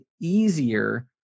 easier